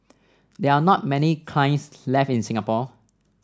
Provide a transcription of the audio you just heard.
there are not many kilns left in Singapore